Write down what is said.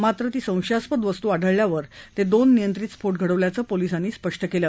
मात्र संशयास्पद वस्तू आढळल्यावर ते दोन नियंत्रित स्फोट घडवल्याचं पोलिसांनी स्पष्ट केलं